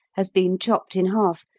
has been chopped in half,